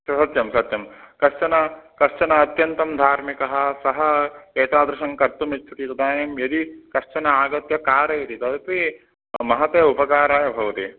सत्यं सत्यं कश्चन कश्चन अत्यन्तं धार्मिकः सः एतादृशं कर्तुमिच्छति तदानीं यदि कश्चन आगत्य कारयति तदपि महते उपकाराय भवति